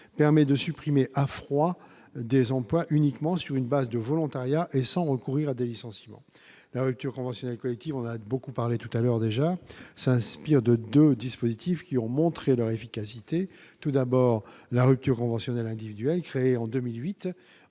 permet de supprimer à froid des emplois uniquement sur une base de volontariat et sans recourir à des licenciements, la rupture conventionnelle collective, on a beaucoup parlé tout à l'heure, déjà, s'inspire de 2 dispositifs qui ont montré leur efficacité tout d'abord, la rupture conventionnelle individuelle, créée en 2008